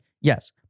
yes